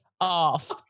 off